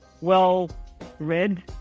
well-read